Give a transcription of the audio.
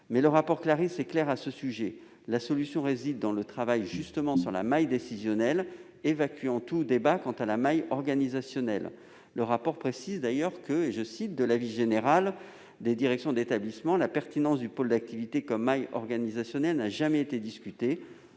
le rapport Claris est clair à ce sujet : la solution réside justement dans le travail sur la maille décisionnelle, évacuant tout débat quant à la maille organisationnelle. Le rapport de la commission précise d'ailleurs que, « de l'avis général des directions d'établissement, la pertinence du pôle d'activité comme maille organisationnelle n'a jamais été discutée